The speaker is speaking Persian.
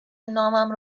نامم